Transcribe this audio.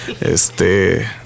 Este